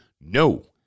No